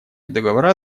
договора